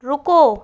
रुको